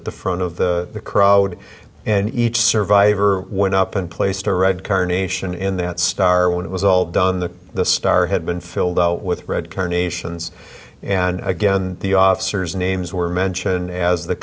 at the front of the crowd and each survivor went up and placed a red carnation in that star when it was all done the star had been filled out with red carnations and again the officers names were mentioned as the